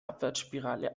abwärtsspirale